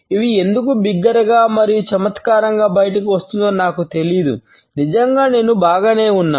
ఇది ఎందుకు బిగ్గరగా మరియు చమత్కారంగా బయటకు వస్తోందో నాకు తెలియదు నిజంగా నేను బాగానే ఉన్నాను